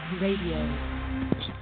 Radio